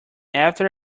after